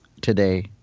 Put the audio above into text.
today –